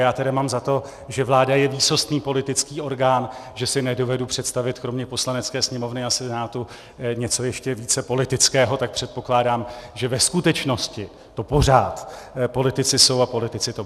Já tedy mám za to, že vláda je výsostný politický orgán, že si nedovedu představit kromě Poslanecké sněmovny a Senátu něco ještě více politického, tak předpokládám, že ve skutečnosti to pořád politici jsou a politici to budou.